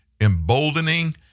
emboldening